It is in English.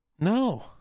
No